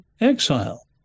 exile